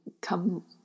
come